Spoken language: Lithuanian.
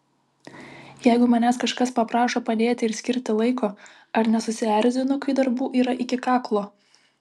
jeigu manęs kažkas paprašo padėti ir skirti laiko ar nesusierzinu kai darbų yra iki kaklo